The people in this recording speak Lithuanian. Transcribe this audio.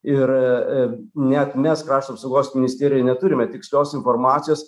ir e e e net mes krašto apsaugos ministerija neturime tikslios informacijos